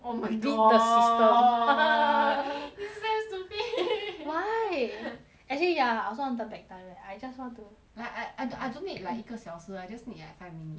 oh my god beat the system this so stupid why I think ya I also want turn back time I just want to like I I I don't need like 一个小时 I just need like five minute